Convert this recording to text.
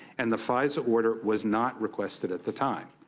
and the fisa order was not requested at the time.